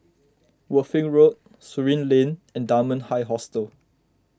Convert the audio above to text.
Worthing Road Surin Lane and Dunman High Hostel